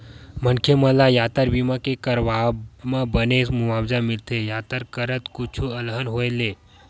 मनखे मन ल यातर बीमा के करवाब म बने मुवाजा मिलथे यातर करत कुछु अलहन होय ले